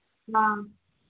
ꯑꯥ